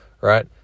right